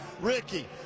Ricky